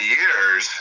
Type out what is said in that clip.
years